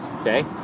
okay